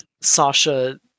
Sasha